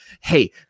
Hey